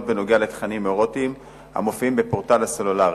בנוגע לתכנים ארוטיים המופיעים בפורטל הסלולרי.